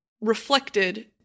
reflected